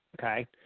Okay